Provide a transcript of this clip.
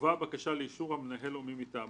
תובא הבקשה לאישור המנהל או מי מטעמו,